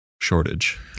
shortage